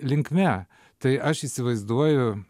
linkme tai aš įsivaizduoju